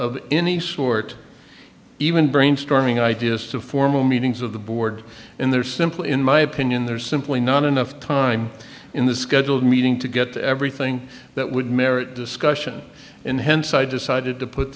of any sort even brainstorming ideas to formal meetings of the board in there simply in my opinion there's simply not enough time in the scheduled meeting to get to everything that would merit discussion and hence i decided to put